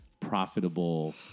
profitable